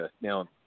now